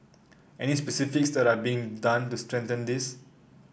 any specifics that are being done to strengthen this